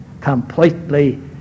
completely